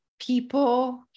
people